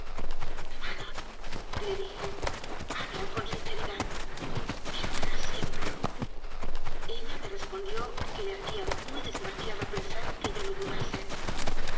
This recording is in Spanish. expresar manonle dije habla con sinceridad me amarás siempre ella me respondió que le hacía muy desgraciada pen sar que yo lo dudase